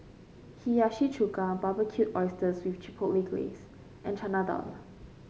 Hiyashi Chuka Barbecued Oysters with Chipotle Glaze and Chana Dal